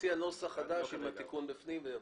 נציע נוסח חדש עם התיקון בתוכו.